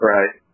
Right